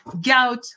gout